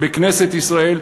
בכנסת ישראל,